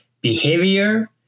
Behavior